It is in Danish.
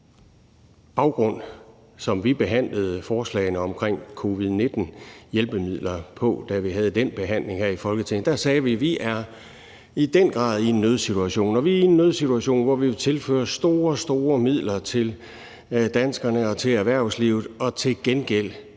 baggrund, at vi behandlede forslagene om covid-19-hjælpemidler, da vi havde den behandling her i Folketinget. Der sagde vi, at vi i den grad er i en nødsituation og i en nødsituation, hvor vi vil tilføre store midler til danskerne og til erhvervslivet, og til gengæld